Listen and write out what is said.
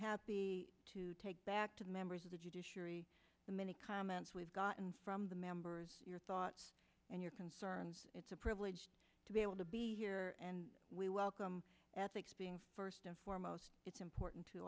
happy to take back to the members of the judiciary committee comments we've gotten from the members your thoughts and your concerns it's a privilege to be able to be here and we welcome ethics being first and foremost it's important to